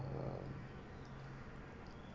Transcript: uh